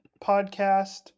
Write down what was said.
Podcast